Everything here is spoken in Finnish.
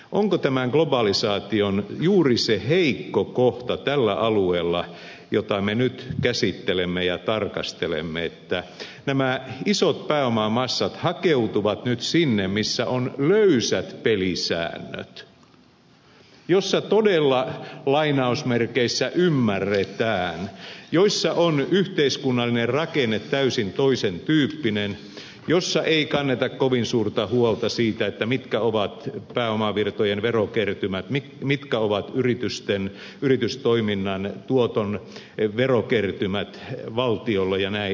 onko tämän globalisaation heikko kohta tällä alueella jota me nyt käsittelemme ja tarkastelemme että nämä isot pääomamassat hakeutuvat nyt sinne missä on löysät pelisäännöt missä todella lainausmerkeissä ymmärretään missä on yhteiskunnallinen rakenne täysin toisen tyyppinen missä ei kanneta kovin suurta huolta siitä mitkä ovat pääomavirtojen verokertymät mitkä ovat yritystoiminnan tuoton verokertymät valtiolle ja niin edelleen